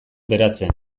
beratzen